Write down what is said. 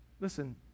Listen